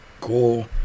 Cool